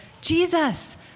Jesus